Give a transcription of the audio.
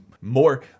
more